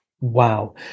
wow